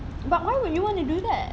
but why would you want to do that